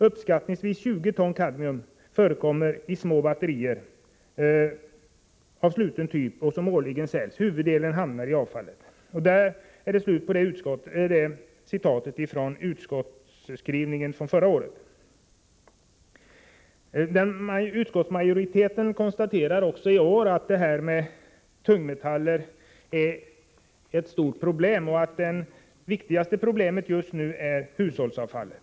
Uppskattningsvis 20 ton kadmium förekommer i de små batterier av sluten typ som årligen säljs. Huvuddelen av dessa befaras hamna i avfallet.” Där är det slut på citatet från utskottets skrivning förra året. Utskottsmajoriteten konstaterar också i år att tungmetaller medför ett stort problem och att det viktigaste problemet just nu är hushållsavfallet.